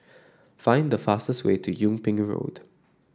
find the fastest way to Yung Ping Road